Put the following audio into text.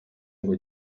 ngo